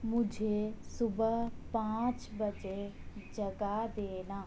مجھے صبح پانچ بجے جگا دینا